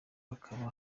akaba